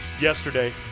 yesterday